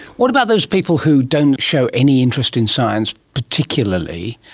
what about those people who don't show any interest in science particularly,